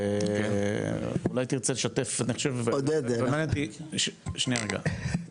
ער והייתי שותף לעבודה המאוד מקצועית